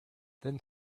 then